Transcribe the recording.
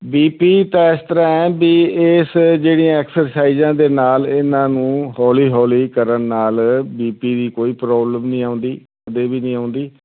B P ਤਾਂ ਇਸ ਤਰ੍ਹਾਂ ਵੀ ਇਸ ਜਿਹੜੀਆਂ ਐਕਸਰਸਾਈਜ਼ਾਂ ਦੇ ਨਾਲ ਇਹਨਾਂ ਨੂੰ ਹੌਲੀ ਹੌਲੀ ਕਰਨ ਨਾਲ ਬੀ ਪੀ ਦੀ ਕੋਈ ਪ੍ਰੋਬਲਮ ਨਹੀਂ ਆਉਂਦੀ ਕਦੇ ਵੀ ਨਹੀਂ ਆਉਂਦੀ